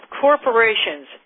corporations